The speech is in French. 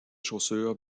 chaussure